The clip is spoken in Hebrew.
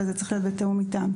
אבל זה צריך להיות בתיאום איתם.